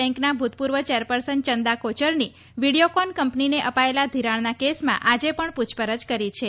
બેંકના ભૂતપૂર્વ ચેરપર્સન ચંદા કોચરની વિડિયોકોન કંપનીને અપાયેલા ધિરાણના કેસમાં આજે પણ પૂછપરછ કરી છે